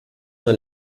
nur